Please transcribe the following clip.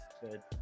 Good